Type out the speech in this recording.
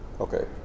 Okay